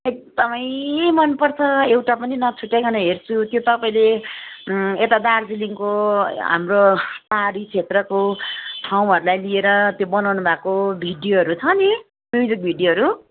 एकदमै मनपर्छ एउटा पनि नछुटाइकन हेर्छु त्यो तपाईँले यता दार्जिलिङको हाम्रो पाहाडी क्षेत्रको ठाउँहरूलाई लिएर त्यो बनाउनु भएको भिडियोहरू छ नि म्युजिक भिडियोहरू